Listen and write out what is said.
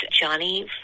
Johnny